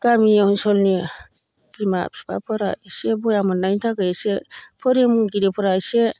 गामि ओनसोलनि बिमा बिफाफोरा एसे बेया मोननायनि थाखाय एसे फोरोंगिरिफ्रा एसे